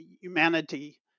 humanity